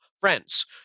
friends